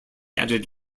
added